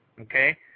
okay